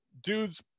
dude's